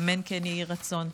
אמן, כן יהי רצון.